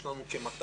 יש לנו כ-205,000.